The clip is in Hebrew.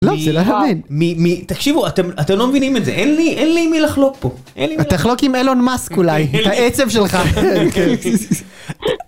לא זה לא יאמן, מי מי תקשיבו אתם אתם לא מבינים את זה אין לי אין לי מי לחלוק פה תחלוק עם אילון מאסק אולי, את העצב שלך.